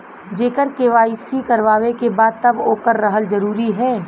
जेकर के.वाइ.सी करवाएं के बा तब ओकर रहल जरूरी हे?